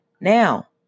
Now